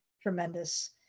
tremendous